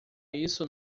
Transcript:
isso